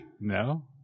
No